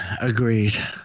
agreed